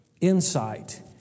insight